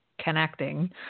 connecting